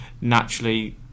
Naturally